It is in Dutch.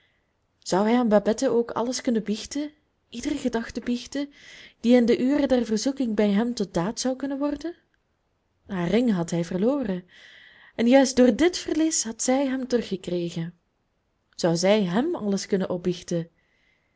zou hij aan babette ook alles kunnen biechten iedere gedachte biechten die in de ure der verzoeking bij hem tot daad zou kunnen worden haar ring had hij verloren en juist door dit verlies had zij hem teruggekregen zou zij hem alles kunnen opbiechten